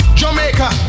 Jamaica